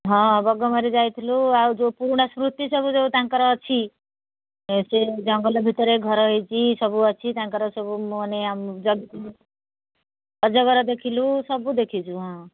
ହଁ ବଗମାରି ଯାଇଥିଲୁ ଆଉ ଯେଉଁ ପୁରୁଣା ସ୍ମୃତି ସବୁ ଯେଉଁ ତାଙ୍କର ଅଛି ଏ ସେ ଜଙ୍ଗଲ ଭିତରେ ଘର ହୋଇଛି ସବୁ ଅଛି ତାଙ୍କର ସବୁ ମାନେ ଆମ ଯଜ୍ଞ ଅଜଗର ଦେଖିଲୁ ସବୁ ଦେଖିଛୁ ହଁ